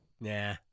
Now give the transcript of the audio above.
Nah